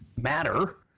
matter